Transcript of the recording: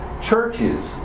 churches